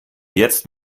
jetzt